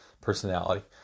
personality